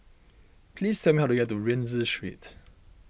please tell me how to get to Rienzi Street